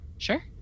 Sure